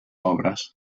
obres